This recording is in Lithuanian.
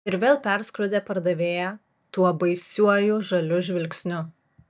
ir vėl perskrodė pardavėją tuo baisiuoju žaliu žvilgsniu